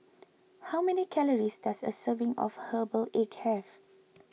how many calories does a serving of Herbal Egg have